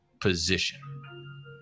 position